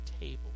table